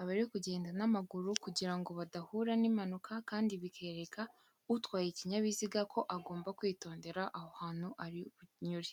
abari kugenda n'amaguru kugira ngo badahura n'impanuka kandi bikereka utwaye ikinyabiziga ko agomba kwitondera aho hantu ari bunyure.